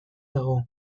dago